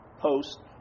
post